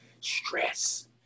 Stress